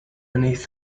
beneath